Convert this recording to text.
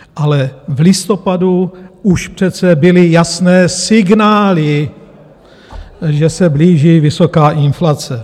Ale v listopadu už přece byly jasné signály, že se blíží vysoká inflace.